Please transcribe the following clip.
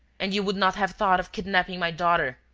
and you would not have thought of kidnapping my daughter,